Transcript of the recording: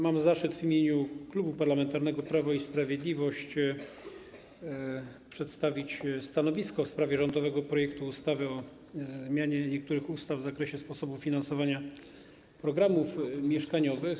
Mam zaszczyt w imieniu Klubu Parlamentarnego Prawo i Sprawiedliwość przedstawić stanowisko w sprawie rządowego projektu ustawy o zmianie niektórych ustaw w zakresie sposobu finansowania programów mieszkaniowych.